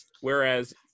whereas